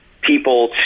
people